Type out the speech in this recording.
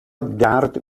درد